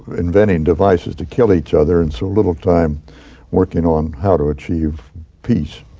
inventing devices to kill each other and so little time working on how to achieve peace.